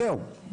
זהו,